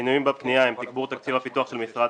המקור התקציבי היה ממשרד